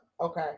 Okay